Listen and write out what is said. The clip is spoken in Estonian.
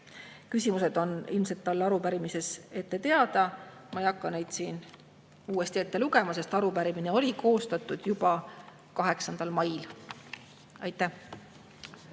Küsimused on talle ilmselt arupärimises ette teada, ma ei hakka neid siin uuesti ette lugema, sest arupärimine on koostatud juba 8. mail. Aitäh!